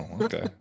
Okay